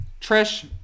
Trish